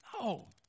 No